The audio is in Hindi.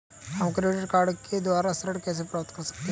हम क्रेडिट कार्ड के द्वारा ऋण कैसे प्राप्त कर सकते हैं?